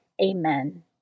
Amen